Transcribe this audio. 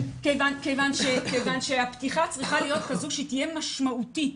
כיוון שהפתיחה צריכה להיות כזו שהיא תהיה משמעותית,